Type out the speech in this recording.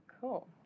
Cool